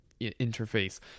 interface